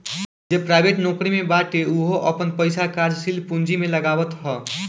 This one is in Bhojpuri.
जे प्राइवेट नोकरी में बाटे उहो आपन पईसा कार्यशील पूंजी में लगावत हअ